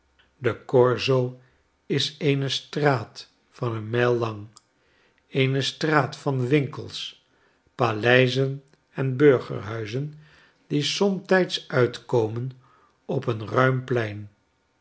s o is eene straat van een mijl lang eene straat van winkels paleizen en burgerhuizen die somtijds uitkomen op een ruim plein